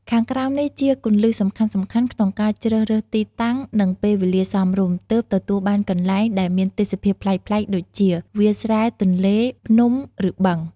ខាងក្រោមនេះជាគន្លឹះសំខាន់ៗក្នុងការជ្រើសរើសទីតាំង និងពេលវេលាសមរម្យ ទើបទទួលបានកន្លែងដែលមានទេសភាពប្លែកៗដូចជា វាលស្រែ ទន្លេ ភ្នំ ឬ បឹង។